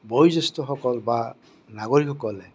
বয়োজেষ্ঠ্যসকল বা নাগৰিকসকলে